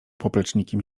poplecznikiem